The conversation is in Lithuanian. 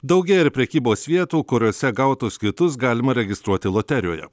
daugėja ir prekybos vietų kuriose gautus kvitus galima registruoti loterijoje